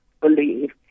believe